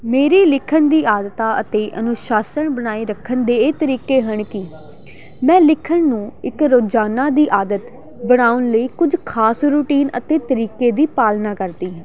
ਮੇਰੀ ਲਿਖਣ ਦੀ ਆਦਤਾਂ ਅਤੇ ਅਨੁਸ਼ਾਸ਼ਨ ਬਣਾਈ ਰੱਖਣ ਦੇ ਇਹ ਤਰੀਕੇ ਹਨ ਕਿ ਮੈਂ ਲਿਖਣ ਨੂੰ ਇੱਕ ਰੋਜ਼ਾਨਾ ਦੀ ਆਦਤ ਬਣਾਉਣ ਲਈ ਕੁਝ ਖ਼ਾਸ ਰੁਟੀਨ ਅਤੇ ਤਰੀਕੇ ਦੀ ਪਾਲਣਾ ਕਰਦੀ ਹਾਂ